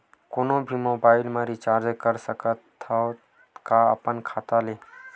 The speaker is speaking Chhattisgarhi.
कोनो भी मोबाइल मा रिचार्ज कर सकथव का अपन खाता ले?